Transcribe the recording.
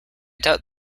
doubt